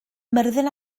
myrddin